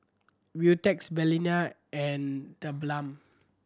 Beautex Balina and TheBalm